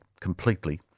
completely